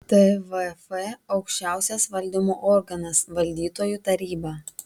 tvf aukščiausias valdymo organas valdytojų taryba